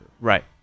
Right